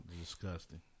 Disgusting